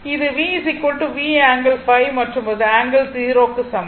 அது v V angle ϕ மற்றும் அது ஆங்கிள் 0 க்கு சமம்